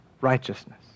righteousness